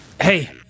hey